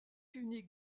unique